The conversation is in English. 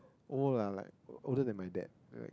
old lah like older than my dad right